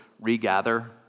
regather